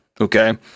okay